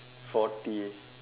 forty